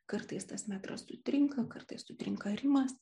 kartais tas metras sutrinka kartais sutrinka ritmas